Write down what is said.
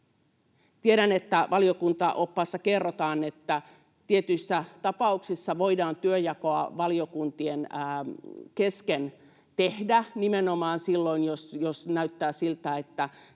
Tiedän, että valiokuntaoppaassa kerrotaan, että tietyissä tapauksissa voidaan työnjakoa valiokuntien kesken tehdä, nimenomaan silloin, jos näyttää siltä, että